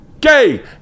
gay